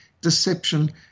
deception